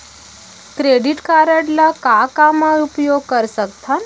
Credit card ला का का मा उपयोग कर सकथन?